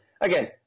again